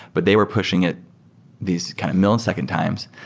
but they were pushing it these kind of milliseconds times.